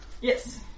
Yes